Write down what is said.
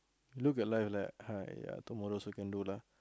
look at life like !aiya! tomorrow also can do lah